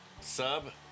Sub